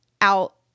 out